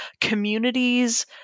communities